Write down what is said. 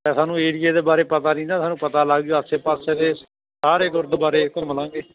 ਸਾਨੂੰ ਏਰੀਏ ਦੇ ਬਾਰੇ ਪਤਾ ਨਹੀਂ ਨਾ ਸਾਨੂੰ ਪਤਾ ਲੱਗ ਜਾਊ ਆਸੇ ਪਾਸੇ ਸਾਰੇ ਗੁਰਦੁਆਰੇ ਘੁੰਮ ਲਵਾਂਗੇ